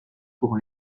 pour